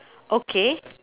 okay